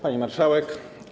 Pani Marszałek!